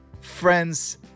friends